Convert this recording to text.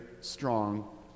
strong